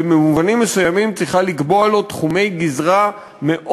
ובמובנים מסוימים צריכה לקבוע לו תחומי גזרה מאוד